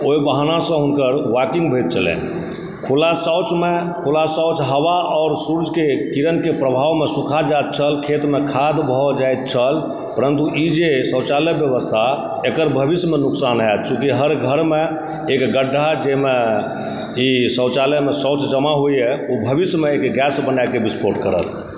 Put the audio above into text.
ओहि बहानासँ हुनकर वाकिंग होइत छलनि खुला शौचमे खुला हवा आ सूर्यके प्रभावमे सुखा जाइत छल खेतमे खाद भऽ जाइत छल परन्तु ई जे शौचालय व्यवस्था एकर भविष्यमे नुकसान होयत चूँकि हर घरमे एक गड्ढा जाहिमे ई शौचालयमे शौच जमा होइए ओ भविष्यमे एहिके गैस बनाके विस्फोट करत